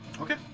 Okay